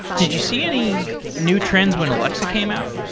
did you see any new trends when alexa came out?